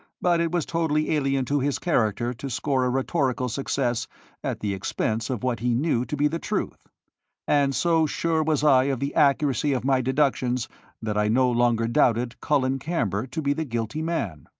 but it was totally alien to his character to score a rhetorical success at the expense of what he knew to be the truth and so sure was i of the accuracy of my deductions that i no longer doubted colin camber to be the guilty man.